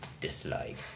dislike